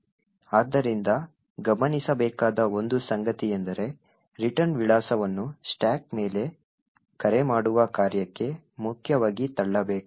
ಆದ್ದರಿಂದ ಗಮನಿಸಬೇಕಾದ ಒಂದು ಸಂಗತಿಯೆಂದರೆ ರಿಟರ್ನ್ ವಿಳಾಸವನ್ನು ಸ್ಟಾಕ್ ಮೇಲೆ ಕರೆ ಮಾಡುವ ಕಾರ್ಯಕ್ಕೆ ಮುಖ್ಯವಾಗಿ ತಳ್ಳಬೇಕು